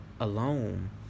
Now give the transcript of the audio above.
Alone